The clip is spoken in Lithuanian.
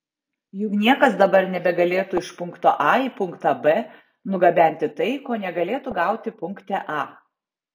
juk niekas dabar nebegalėtų iš punkto a į punktą b nugabenti tai ko negalėtų gauti punkte a